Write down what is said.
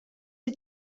see